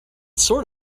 sort